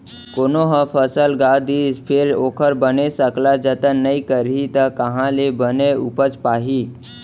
कोनो ह फसल गा दिस फेर ओखर बने सकला जतन नइ करही त काँहा ले बने उपज पाही